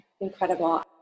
Incredible